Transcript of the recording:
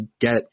get